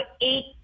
eight